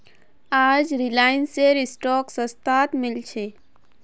आज रिलायंसेर स्टॉक सस्तात मिल छ